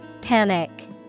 Panic